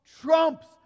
trumps